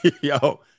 yo